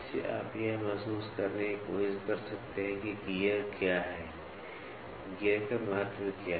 इससे आप यह महसूस करने की कोशिश कर सकते हैं कि गियर क्या है गियर का महत्व क्या है